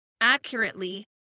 accurately